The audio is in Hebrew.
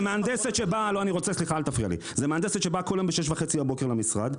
זה מהנדסת שבאה כל יום בשש וחצי בבוקר למשרד,